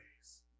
ways